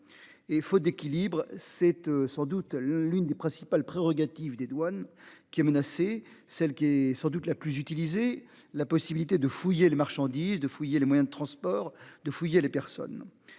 et faute d'équilibre cette sans doute l'une des principales prérogatives des douanes qui a menacé, celle qui est sans doute la plus utilisée, la possibilité de fouiller les marchandises de fouiller les moyens de transport de fouiller les personnes